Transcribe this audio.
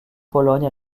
pologne